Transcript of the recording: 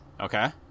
okay